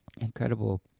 Incredible